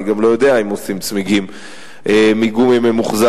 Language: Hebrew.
אני גם לא יודע אם עושים צמיגים מגומי ממוחזר.